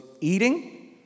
eating